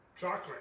chocolate